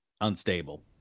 unstable